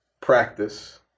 practice